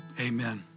Amen